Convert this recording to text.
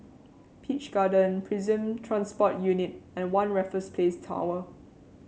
Peach Garden Prison Transport Unit and One Raffles Place Tower